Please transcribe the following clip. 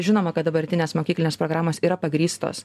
žinoma kad dabartinės mokyklinės programos yra pagrįstos